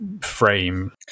frame